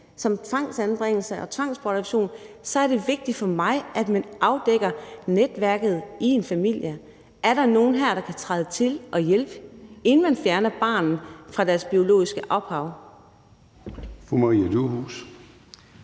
som tvangsanbringelse og tvangsbortadoption i en familie, er det vigtigt for mig, at man afdækker netværket i en familie: Er der nogen her, der kan træde til og hjælpe, inden man fjerner barnet fra dets biologiske ophav?